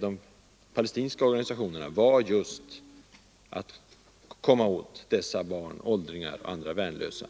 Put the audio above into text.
de palestinska organisationerna hade var att komma åt barn, åldringar och andra värnlösa.